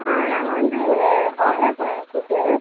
ஆ நாங்கள் வந்து ஆர்டர் பண்ணனும் ஃபுட்டு